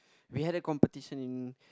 we had a competition in